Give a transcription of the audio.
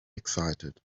excited